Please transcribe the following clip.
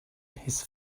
his